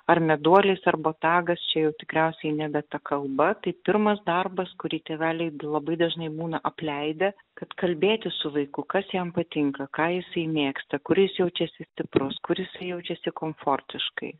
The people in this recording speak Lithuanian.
ar meduolis ar botagas čia jau tikriausiai nebe ta kalba tai pirmas darbas kurį tėveliai labai dažnai būna apleidę kad kalbėtis su vaiku kas jam patinka ką jisai mėgsta kur jis jaučiasi stiprus kur jisai jaučiasi komfortiškai